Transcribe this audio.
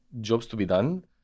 Jobs-to-be-done